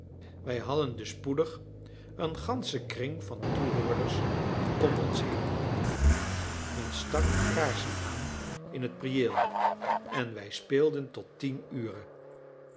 wij hadden dus spoedig een ganschen kring van toehoorders om ons heen men stak kaarsen aan in het priëel en wij speelden tot tien ure